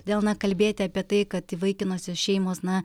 todėl na kalbėti apie tai kad įvaikinusios šeimos na